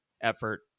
effort